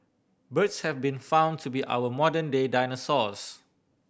birds have been found to be our modern day dinosaurs